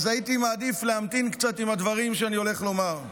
אז הייתי מעדיף להמתין קצת עם הדברים שאני הולך לומר.